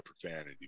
profanity